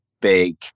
big